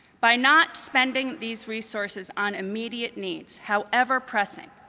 by not spending these resources on immediate needs, however pressing,